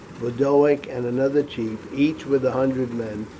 boduoc, and another chief, each with a hundred men,